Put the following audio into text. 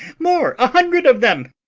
more, a hundred of them.